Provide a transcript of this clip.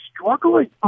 struggling